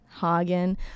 Hagen